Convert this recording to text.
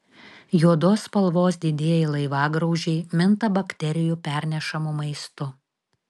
juodos spalvos didieji laivagraužiai minta bakterijų pernešamu maistu